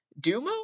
Dumo